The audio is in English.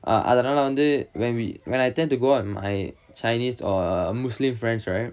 ah அதனால வந்து:athanala vanthu when we when I tend to go out with my chinese or muslim friends right